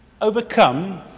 overcome